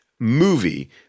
movie